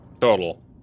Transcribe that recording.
total